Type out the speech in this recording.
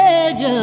edge